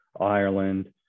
Ireland